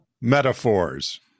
metaphors